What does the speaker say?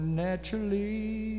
naturally